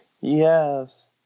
Yes